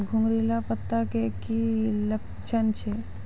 घुंगरीला पत्ता के की लक्छण छै?